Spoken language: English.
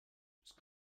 just